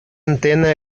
antena